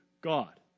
God